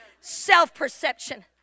Self-perception